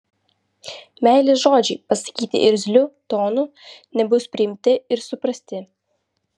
meilės žodžiai pasakyti irzliu tonu nebus priimti ir suprasti